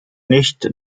nicht